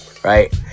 Right